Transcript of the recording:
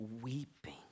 weeping